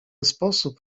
sposób